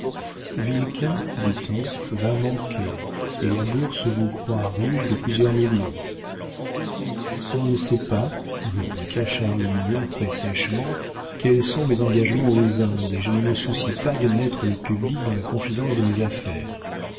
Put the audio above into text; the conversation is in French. vilquin dit-on va manquer et la bourse vous croit riche de plusieurs millions on ne sait pas répliqua charles mignon très sèchement quels sont mes engagements aux indes et je ne me soucie pas de mettre le public dans la confidence de mes affaires